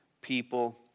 people